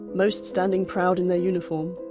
most standing proud in their uniform,